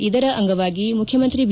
ಇದರ ಅಂಗವಾಗಿ ಮುಖ್ಯಮಂತ್ರಿ ಬಿ